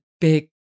big